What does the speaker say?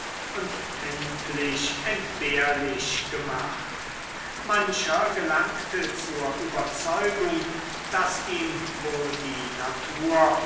und endlich entbehrlich gemacht mancher gelangte zur überzeugung daß ihm wohl die natur